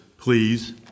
please